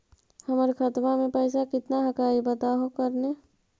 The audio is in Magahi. हमर खतवा में पैसा कितना हकाई बताहो करने?